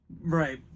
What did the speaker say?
right